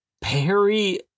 Perry